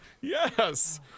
Yes